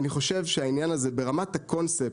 אני חושב שהעניין הזה ברמת הקונספט,